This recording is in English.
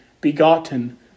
begotten